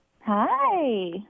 Hi